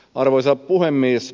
arvoisa puhemies